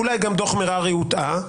ואולי גם ועדת מררי הוטעתה,